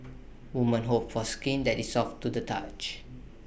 woman hope for skin that is soft to the touch